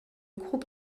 groupe